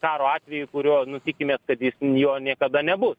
karo atveju kurio nu tikimės kad jis jo niekada nebus